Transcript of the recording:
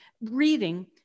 reading